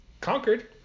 conquered